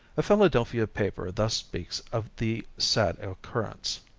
a philadelphia paper thus speaks of the sad occurrence